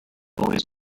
always